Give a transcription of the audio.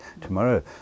Tomorrow